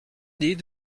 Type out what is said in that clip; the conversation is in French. dit